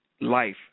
life